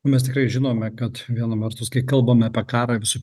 mes tikrai žinome kad viena vertus kai kalbame apie karą visų